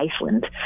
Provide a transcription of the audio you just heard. Iceland